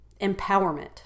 empowerment